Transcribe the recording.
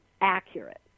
accurate